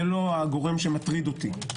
זה לא מה שמטריד אותי.